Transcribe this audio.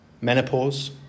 menopause